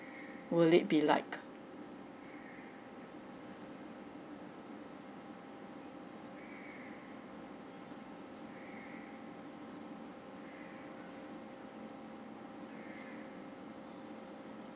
will it be like